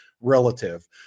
relative